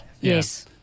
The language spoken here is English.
Yes